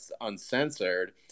uncensored